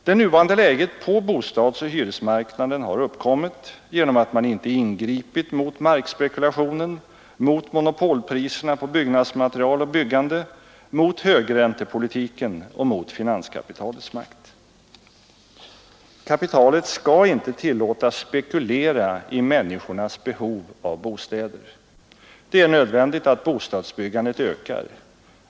Det nuvarande läget på bostadsoch hyresmarknaden har uppkommit genom att man inte ingripit mot markspekulationen, mot monopolpriserna på byggnadsmaterial och byggande, mot högräntepolitiken och mot finanskapitalets makt. Kapitalet skall inte tillåtas spekulera i människornas behov av bostäder. Det är nödvändigt att bostadsbyggandet ökar.